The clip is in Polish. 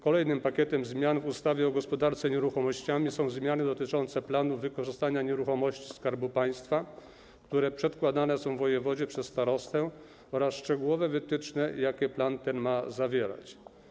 Kolejnym pakietem zmian w ustawie o gospodarce nieruchomościami są zmiany dotyczące planów wykorzystania zasobu nieruchomości Skarbu Państwa, które przedkładane są wojewodzie przez starostę, oraz szczegółowych wytycznych, jakie plany te mają zawierać.